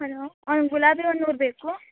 hello ಒಂದು ಗುಲಾಬಿ ಒಂದು ನೂರು ಬೇಕು